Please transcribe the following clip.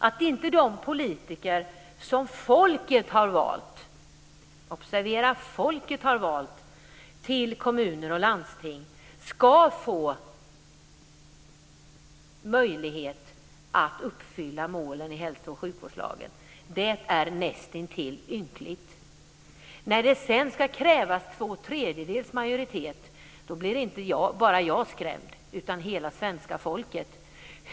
Att inte de politiker som folket har valt - observera: folket har valt - till kommuner och landsting ska få möjlighet att uppfylla målen i hälso och sjukvårdslagen är nästintill ynkligt. När det sedan ska krävas två tredjedels majoritet blir inte bara jag skrämd utan hela svenska folket.